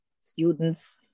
students